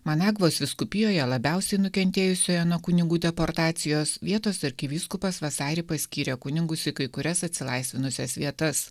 managvos vyskupijoje labiausiai nukentėjusioje nuo kunigų deportacijos vietos arkivyskupas vasarį paskyrė kunigus į kai kurias atsilaisvinusias vietas